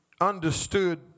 understood